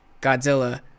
Godzilla